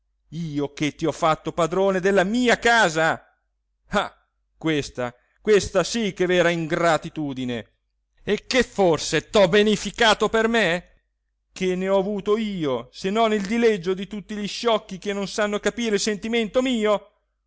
io che ti ho fatto padrone della mia casa ah questa questa sì che è vera ingratitudine e che forse t'ho beneficato per me che ne ho avuto io se non il dileggio di tutti gli sciocchi che non sanno capire il sentimento mio